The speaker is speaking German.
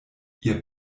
ihr